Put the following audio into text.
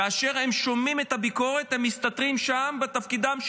כאשר הם שומעים את הביקורת הם מסתתרים שם בתפקידם,